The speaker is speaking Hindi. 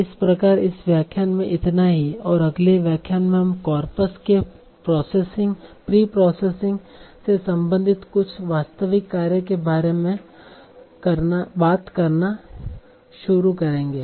इस प्रकार इस व्याख्यान में इतना ही और अगले व्याख्यान में हम कॉर्पस के प्रीप्रोसेसिंग से संबंधित कुछ वास्तविक कार्य के बारे में बात करना शुरू करेंगे